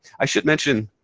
i should mention,